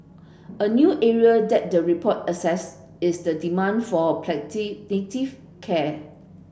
a new area that the report assess is the demand for palliative care